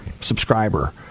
subscriber